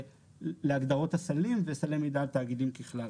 להגדרות הסלים וסלי מידת תאגידים ככלל.